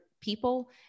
people